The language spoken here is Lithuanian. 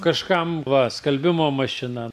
kažkam va skalbimo mašina